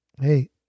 hey